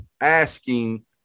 asking